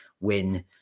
win